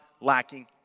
lacking